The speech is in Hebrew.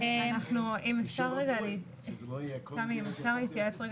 אם אפשר להתייעץ רגע.